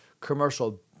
commercial